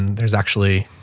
there's actually,